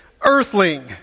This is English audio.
Earthling